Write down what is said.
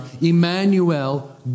Emmanuel